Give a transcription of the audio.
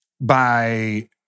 By-